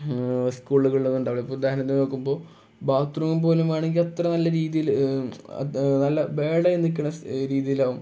സ്കൂളുകളിൽ ഒന്നും ഉണ്ടാവുകയില്ല ഇപ്പം ഉദാഹരണത്തിന് നോക്കുമ്പോൾ ബാത്രൂം പോലും വേണമെങ്കിൽ അത്ര നല്ല രീതിയിൽ നല്ല ബാഡ് ആയി നിൽക്കുന്ന രീതിയിൽ ആകും